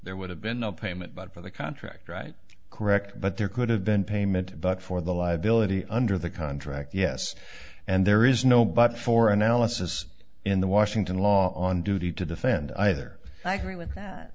there would have been no payment but for the contract right correct but there could have been payment but for the liability under the contract yes and there is no but for analysis in the washington law on duty to defend either i agree with that